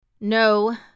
No